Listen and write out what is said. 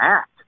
act